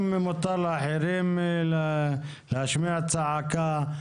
מותר גם לאחרים להשמיע צעקה.